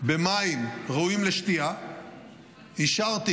במים ראויים לשתייה אישרתי,